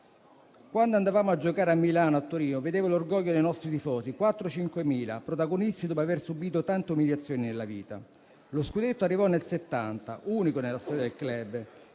Quando andavamo a giocare a Milano o a Torino, vedevo l'orgoglio dei nostri tifosi, protagonisti dopo aver subito tante umiliazioni nella vita". Lo scudetto arrivò nel 1970, unico nella storia del *club*,